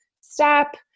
step